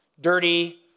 dirty